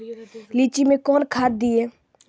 लीची मैं कौन खाद दिए?